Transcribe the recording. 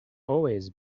always